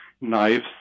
knives